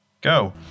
go